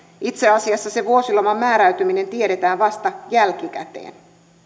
itse asiassa se vuosiloman määräytyminen tiedetään vasta jälkikäteen